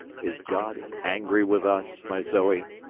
is god angry with us, my zoe,